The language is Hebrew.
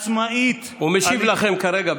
עצמאית, הוא משיב לכם כרגע.